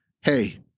Hey